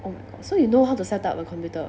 oh my god so you know how to set up a computer